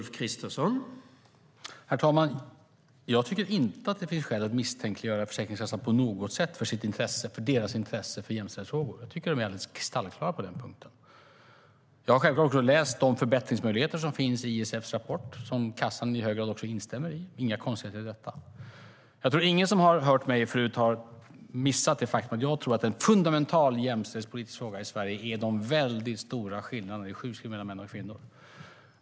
Herr talman! Jag tycker inte att det finns skäl att misstänkliggöra Försäkringskassan på något sätt när det gäller deras intresse för jämställdhetsfrågor. Jag tycker att de är alldeles kristallklara på den punkten. Jag har självfallet läst i ISF:s rapport om de förbättringsmöjligheter som finns. Försäkringskassan instämmer i hög grad i dem. Det är inga konstigheter i det. Jag tror inte att någon som har hört mig förut har missat det faktum att jag tror att en fundamental jämställdhetspolitisk fråga i Sverige är de stora skillnaderna i sjukskrivning mellan män och kvinnor.